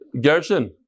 Gershon